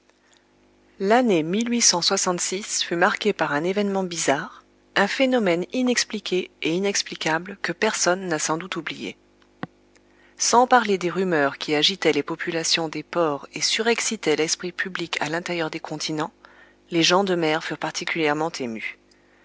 l'année fut marquée par un événement bizarre un phénomène inexpliqué et inexplicable que personne n'a sans doute oublié sans parler des rumeurs qui agitaient les populations des ports et surexcitaient l'esprit public à l'intérieur des continents les gens de mer furent particulièrement émus